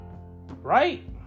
Right